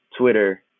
Twitter